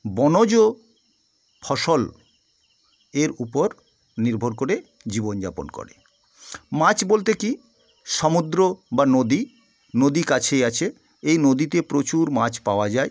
বনজ ফসল এর উপর নির্ভর করে জীবন যাপন করে মাছ বলতে কী সামুদ্র বা নদী নদী কাছেই আছে এই নদীতে প্রচুর মাছ পাওয়া যায়